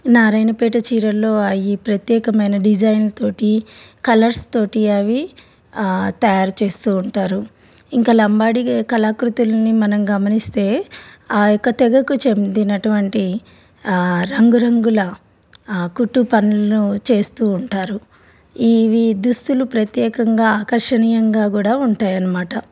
నారయణపేట చీరల్లో అవిప్రత్యేకమైన డిజైన్లతోటి కలర్స్ తోటి అవి తయారు చేస్తూ ఉంటారు ఇంకా లంబాడి కళాకృతులని మనం గమనిస్తే ఆ యొక్క తెగకు చెందిినటువంటి రంగురంగుల కుట్టు పనులు చేస్తూ ఉంటారు ఇవి దుస్తులు ప్రత్యేకంగా ఆకర్షణీయంగా కూడా ఉంటాయి అనమాట